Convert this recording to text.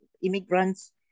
immigrants